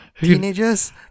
Teenagers